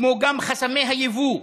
כמו גם חסמי היבוא,